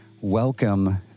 welcome